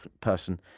person